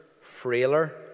frailer